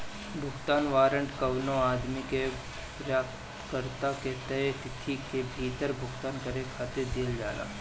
भुगतान वारंट कवनो आदमी के प्राप्तकर्ता के तय तिथि के भीतर भुगतान करे खातिर दिहल जाला